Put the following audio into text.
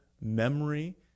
memory